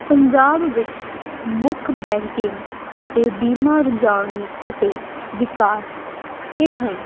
ਪੰਜਾਬ ਵਿੱਚ ਮੁੱਖ ਬੈਂਕਿੰਗ ਅਤੇ ਬੀਮਾ ਰੁਝਾਨ ਅਤੇ ਵਿਕਾਸ ਇਹ ਹਨ